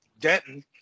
Denton